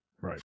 Right